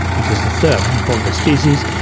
which is a third of all the species,